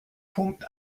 pumpt